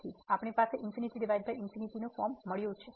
તેથી આપણી પાસે ∞∞ ફોર્મ છે